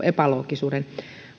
epäloogisuuden